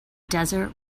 desert